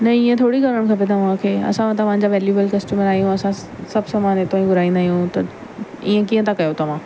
न ईअं थोरी करणु खपे तव्हांखे असां तव्हांजा वैल्यूबल कस्टमर आहियूं असां सभु सामानु इतां ई घुराईंदा आहियूं ईअं कीअं था कयो तव्हां